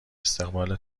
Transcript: استقبال